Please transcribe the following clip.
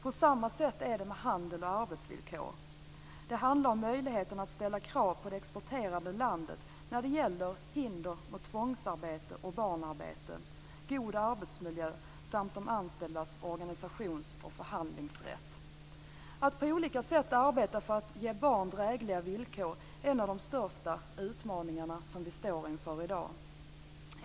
På samma sätt är det med handel och arbetsvillkor. Det handlar om möjligheten att ställa krav på det exporterande landet när det gäller hinder mot tvångsarbete och barnarbete, god arbetsmiljö samt de anställdas organisations och förhandlingsrätt. Att på olika sätt arbeta för att ge barn drägliga villkor är en av de största utmaningar som vi står inför i dag.